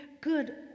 good